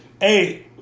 Hey